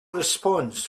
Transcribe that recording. response